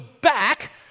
back